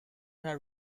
are